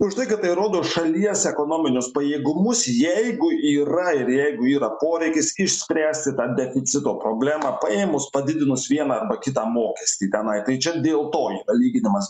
už tai kad tai rodo šalies ekonominius pajėgumus jeigu yra ir jeigu yra poreikis išspręsti tą deficito problemą paėmus padidinus vieną arba kitą mokestį tenai tai čia dėl to yra lyginimas